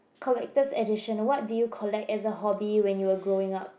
collected additional what did you collect as the hobby when you were growing up